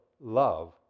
love